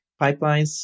pipelines